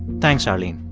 thanks, arlene